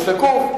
ושקוף.